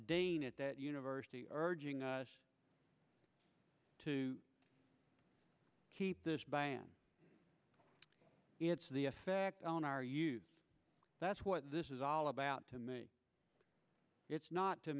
at that university urging us to keep this by it's the effect on our you that's what this is all about to me it's not to